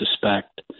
suspect